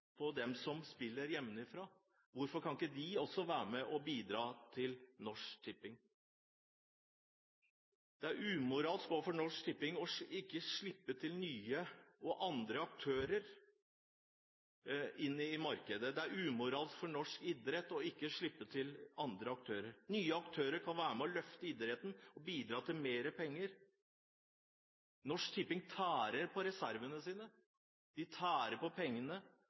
dem som spiller hjemmefra? Hvorfor kan ikke de også være med og bidra til Norsk Tipping? Det er umoralsk overfor Norsk Tipping ikke å slippe nye og andre aktører inn i markedet. Det er umoralsk av norsk idrett ikke å slippe til andre aktører. Nye aktører kan være med og løfte idretten og bidra til mer penger. Norsk Tipping tærer på reservene sine. De tærer på pengene,